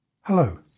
Hello